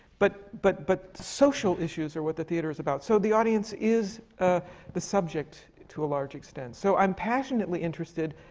but but but social issues are what the theatre is about. so the audience is ah the subject, to a large extent. so i'm passionately interested,